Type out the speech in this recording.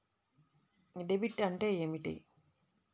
Debit అంటే ఏమిటి?